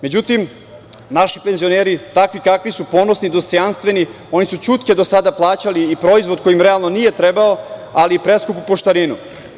Međutim, naši penzioneri, takvi kakvi su, ponosni, dostojanstveni, oni su ćutke do sada plaćali i proizvod koji im realno nije trebao, ali i preskupu poštarinu.